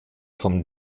vom